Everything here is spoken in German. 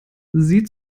sieht